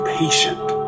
patient